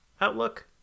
outlook